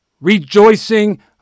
rejoicing